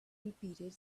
repeated